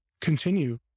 continue